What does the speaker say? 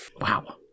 Wow